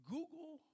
Google